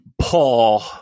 Paul